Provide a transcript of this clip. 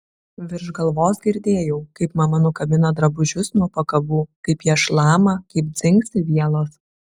virš galvos girdėjau kaip mama nukabina drabužius nuo pakabų kaip jie šlama kaip dzingsi vielos